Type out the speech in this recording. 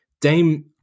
Dame